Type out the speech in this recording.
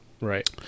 Right